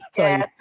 sorry